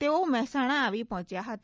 તેઓ મહેસાણા આવી પહોંચ્યા હતા